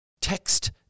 text